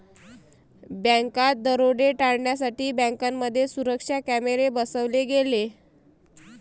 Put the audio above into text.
बँकात दरोडे टाळण्यासाठी बँकांमध्ये सुरक्षा कॅमेरे बसवले गेले